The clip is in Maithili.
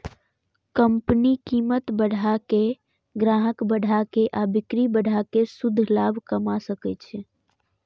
कंपनी कीमत बढ़ा के, ग्राहक बढ़ा के आ बिक्री बढ़ा कें शुद्ध लाभ कमा सकै छै